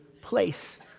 place